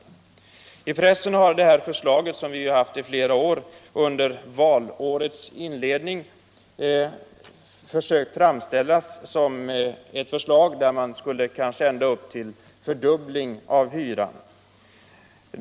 Detta förslag som vi har fört fram under flera år, har man i pressen under valårets inledning försökt framställa som ett förslag som medför ända upp till fördubbling av hyran.